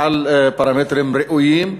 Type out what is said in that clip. על פרמטרים ראויים.